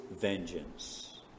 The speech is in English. vengeance